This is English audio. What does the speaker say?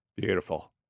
Beautiful